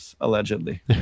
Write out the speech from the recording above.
allegedly